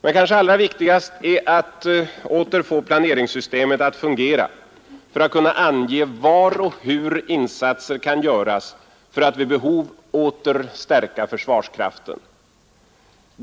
Men kanske allra viktigast är att åter få planeringssystemet att fungera, att kunna ange var och hur insatser kan göras för att vid behov åter stärka försvarskraften.